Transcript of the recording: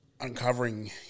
uncovering